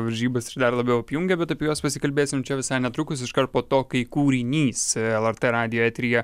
varžybas ir dar labiau apjungia bet apie juos pasikalbėsim čia visai netrukus iškart po to kai kūrinys lrt radijo eteryje